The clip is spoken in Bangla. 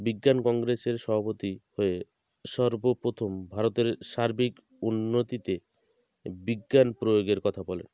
বিজ্ঞান কংগ্রেসের সভাপতি হয়ে সর্বপ্রথম ভারতের সার্বিক উন্নতিতে বিজ্ঞান প্রয়োগের কথা বলেন